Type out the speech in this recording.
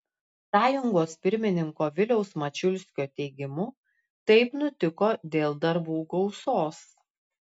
sąjungos pirmininko viliaus mačiulskio teigimu taip nutiko dėl darbų gausos